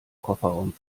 kofferraum